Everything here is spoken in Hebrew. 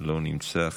לא נמצא.